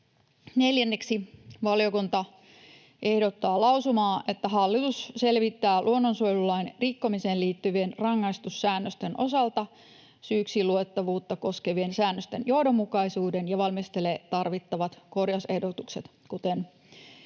Neljänneksi valiokunta ehdottaa lausumaa, että ”hallitus selvittää luonnonsuojelulain rikkomiseen liittyvien rangaistussäännösten osalta syyksiluettavuutta koskevien säännösten johdonmukaisuuden ja valmistelee tarvittavat korjausehdotukset”, kuten